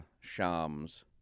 Shams